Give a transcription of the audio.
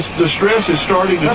the stress is starting